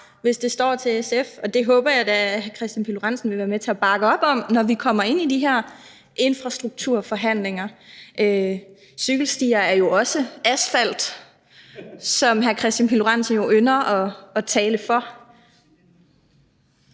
hvis det stod til SF, og det håber jeg da hr. Kristian Pihl Lorentzen vil være med til at bakke op om, når vi kommer ind i de her infrastrukturforhandlinger. Cykelstier er jo også asfalt, som hr. Kristian Pihl Lorentzen ynder at tale for.